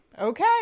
Okay